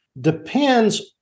depends